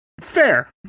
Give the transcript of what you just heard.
Fair